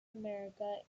america